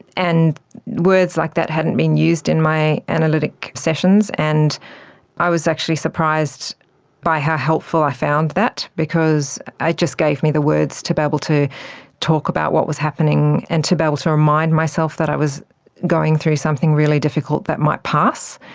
and words like that hadn't been used in my analytic sessions. and i was actually surprised by how helpful i found that because it just gave me the words to be able to talk about what was happening and to be able to remind myself that i was going through something really difficult that might pass.